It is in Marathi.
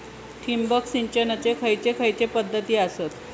ठिबक सिंचनाचे खैयचे खैयचे पध्दती आसत?